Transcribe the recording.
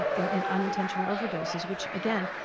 and unintentional overdoses, which again,